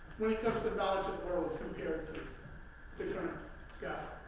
when it comes to knowledge of the world compared to current yeah